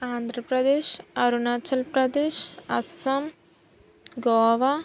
Andhra Pradesh Arunachal Pradesh Assam Goa